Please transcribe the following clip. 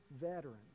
veterans